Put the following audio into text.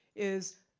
is,